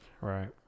right